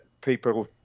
people